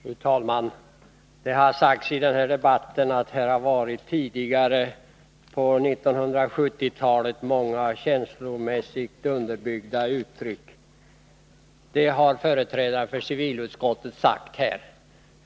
Fru talman! Det har sagts i debatten att det på 1970-talet förekom många känslomässigt underbyggda uttryck. Detta har företrädare för civilutskottet sagt.